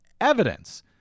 evidence